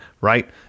right